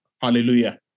hallelujah